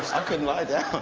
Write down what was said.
can lie down.